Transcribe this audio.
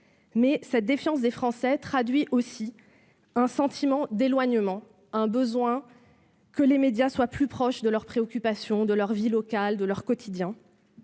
Cette défiance des Français traduit aussi un sentiment d'éloignement, un besoin que les médias soient plus proches de leurs préoccupations, de leur vie locale, de leur quotidien.